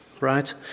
Right